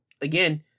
again